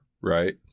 right